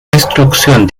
destrucción